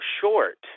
short